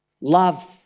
Love